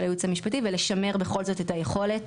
הייעוץ המפשטי ולשמר בכל זאת את היכולת,